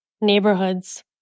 neighborhoods